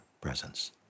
presence